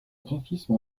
graphisme